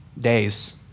days